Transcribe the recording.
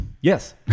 Yes